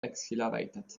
exhilarated